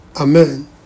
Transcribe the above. Amen